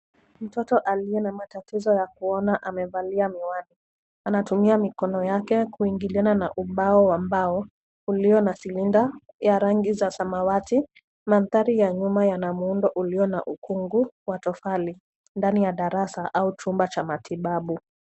Mtoto aliye na matatizo ya kuona amevalia miwani. Anatumia mikono yake kuingiliana na ubao wa mbao ulio na [cs ] silinda [cs ] wa rangi ya samawati. Mandhari ya nyuma yana muundo ulio na ukungu wa tofali ndani ya darasa au chumba cha matibabu.